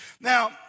Now